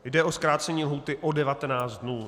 Jde o zkrácení lhůty o 19 dnů.